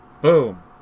Boom